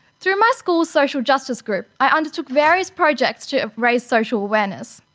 through my school's social justice group i undertook various projects to raise social awareness,